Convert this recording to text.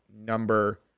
number